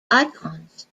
icons